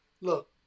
look